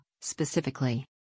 specifically